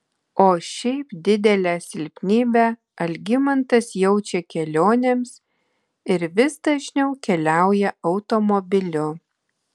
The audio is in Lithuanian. o šiaip didelę silpnybę algimantas jaučia kelionėms ir vis dažniau keliauja automobiliu